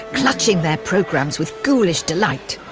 clutching their programmes with ghoulish delight.